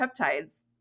peptides